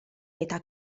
metà